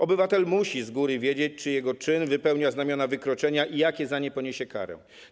Obywatel musi z góry wiedzieć, czy jego czyn wypełnia znamiona wykroczenia i jakie za nie poniesie karę.